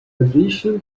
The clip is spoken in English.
addition